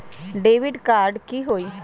Debit card की होई?